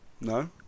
no